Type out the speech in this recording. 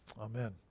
Amen